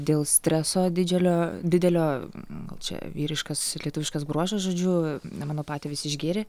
dėl streso didžiulio didelio gal čia vyriškas lietuviškas bruožas žodžiu na mano patėvis išgėrė